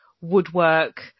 woodwork